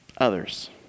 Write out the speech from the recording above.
others